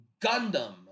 Gundam